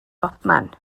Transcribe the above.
bobman